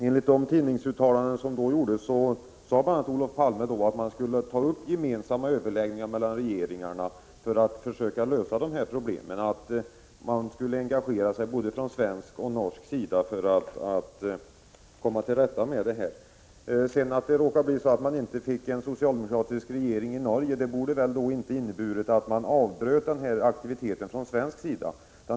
Enligt tidningsuttalandena sade Olof Palme bl.a. att regeringarna skulle ta upp gemensamma överläggningar för att försöka lösa problemen. Både Sverige och Norge skulle engagera sig för att komma till rätta med dem. Att det sedan inte blev en socialdemokratisk regering i Norge, borde inte ha inneburit att vi i Sverige avbröt aktiviteterna.